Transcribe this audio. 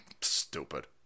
Stupid